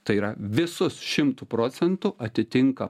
tai yra visus šimtu procentų atitinka